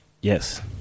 Yes